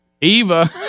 Eva